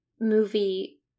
movie